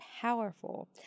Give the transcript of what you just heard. powerful